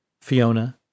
Fiona